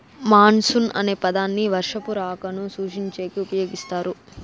monsoon అనే పదాన్ని వర్షపు రాకను సూచించేకి ఉపయోగిస్తారు